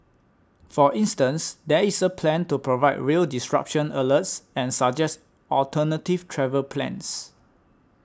for instance there is a plan to provide rail disruption alerts and suggest alternative travel plans